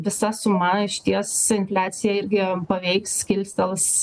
visa suma išties infliaciją irgi paveiks kilstels